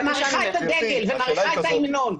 עני מעריכה את הדגל ומעריכה את ההמנון.